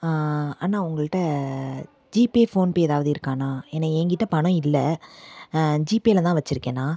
அண்ணா உங்கள்கிட்ட GPay PhonePe ஏதாவது இருக்காண்ணா ஏன்னால் என்கிட்ட பணம் இல்லை ஜிபேயில்தான் வச்சுருக்கேண்ணா